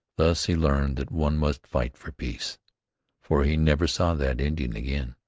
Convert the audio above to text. thus he learned that one must fight for peace for he never saw that indian again,